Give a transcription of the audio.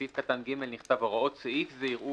בסעיף קטן (ג) נכתב "הוראות סעיף זה יראו